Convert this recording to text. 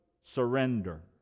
surrender